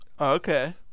Okay